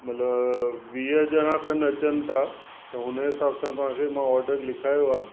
माना वीह ॼणा खनि अचनि था त हुन जे हिसाब सां तव्हांखे मां ऑडर लिखायो आहे